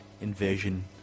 invasion